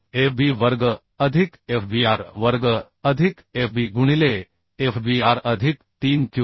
fb वर्ग अधिक fbr वर्ग अधिक fbगुणिले fbrअधिक 3 क्यू